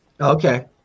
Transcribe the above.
Okay